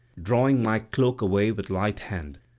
drawing my cloak away with light hand,